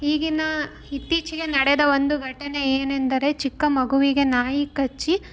ಈಗಿನ ಇತ್ತೀಚಿಗೆ ನಡೆದ ಒಂದು ಘಟನೆ ಏನೆಂದರೆ ಚಿಕ್ಕ ಮಗುವಿಗೆ ನಾಯಿ ಕಚ್ಚಿ